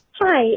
hi